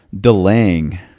delaying